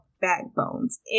backbones